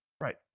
Right